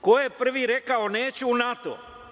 Ko je prvi rekao - neću u NATO?